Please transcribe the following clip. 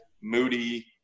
moody